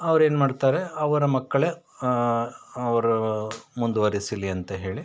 ಅವ್ರು ಏನ್ಮಾಡ್ತಾರೆ ಅವರ ಮಕ್ಕಳೇ ಅವರು ಮುಂದುವರಿಸಲಿ ಅಂತ ಹೇಳಿ